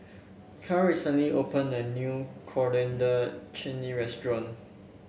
Karl recently opened a new Coriander Chutney Restaurant